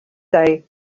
day